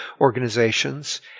organizations